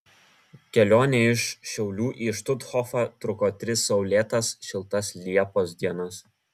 kelionė iš šiaulių į štuthofą truko tris saulėtas šiltas liepos dienas